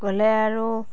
গ'লে আৰু